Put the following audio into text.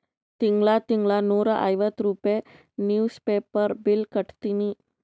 ತಿಂಗಳಾ ತಿಂಗಳಾ ನೂರಾ ಐವತ್ತ ರೂಪೆ ನಿವ್ಸ್ ಪೇಪರ್ ಬಿಲ್ ಕಟ್ಟತ್ತಿನಿ